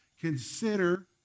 Consider